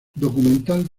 documental